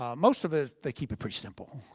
um most of it they keep it pretty simple.